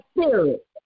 spirit